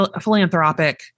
philanthropic